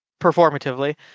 Performatively